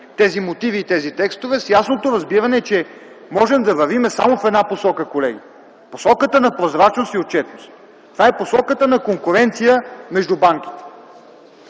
тези мотиви и тези текстове с ясното разбиране, че можем да вървим само в една посока, колеги – посоката на прозрачност и отчетност. Това е посоката на конкуренция между банките.